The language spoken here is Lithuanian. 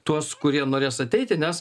tuos kurie norės ateiti nes